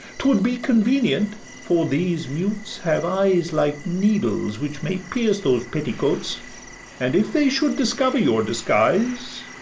t would be convenient for these mutes have eyes like needles, which may pierce those petticoats and if they should discover your disguise,